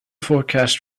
forecast